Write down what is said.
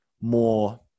more